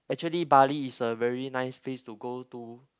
actually Bali is a very nice place to go to